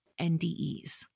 NDEs